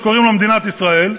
שקוראים לו מדינת ישראל,